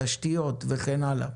תשתיות וכן הלאה.